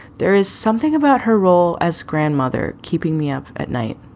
there is something about her role as grandmother keeping me up at night.